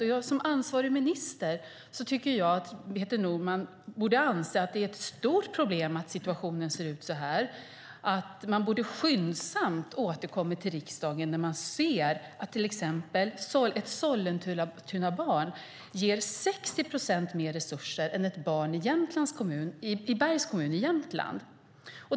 Jag tycker att Peter Norman som ansvarig minister borde anse att det är ett stort problem att situationen ser ut så här och att man skyndsamt skulle ha återkommit till riksdagen när man sett att till exempel ett barn i Sollentuna ger 60 procent mer resurser än ett barn i Bergs kommun i Jämtland.